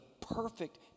perfect